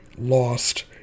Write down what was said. lost